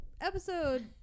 episode